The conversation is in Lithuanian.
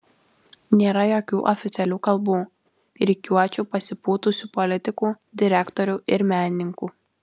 nėra jokių oficialių kalbų rikiuočių pasipūtusių politikų direktorių ir menininkų